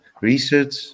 research